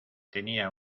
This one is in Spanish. tenía